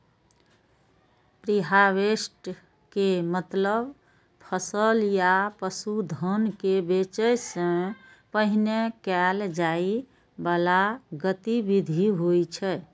preharvest के मतलब फसल या पशुधन कें बेचै सं पहिने कैल जाइ बला गतिविधि होइ छै